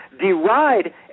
deride